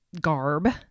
garb